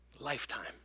Lifetime